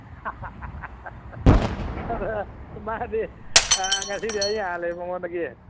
ꯑꯗꯨꯒ ꯃꯥꯗꯤ ꯉꯁꯤꯗꯤ ꯑꯩꯅ ꯍꯥꯜꯂꯦ ꯃꯥꯉꯣꯟꯗꯒꯤ